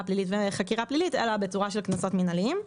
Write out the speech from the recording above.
פלילית וחקירה פלילית אלא בצורה של קנסות מינהליים.